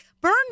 burn